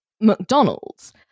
McDonald's